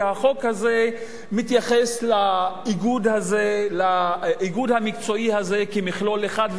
והחוק הזה מתייחס לאיגוד המקצועי הזה כמכלול אחד.